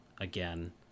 again